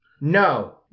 No